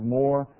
more